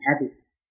habits